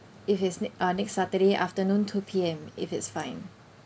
if it's uh next saturday afternoon two P_M if it's fine